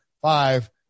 five